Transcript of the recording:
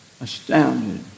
Astounded